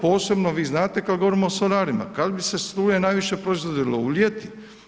Posebno vi znate kada govorimo o solarima, kada bi se struje najviše proizvodilo, u ljeti.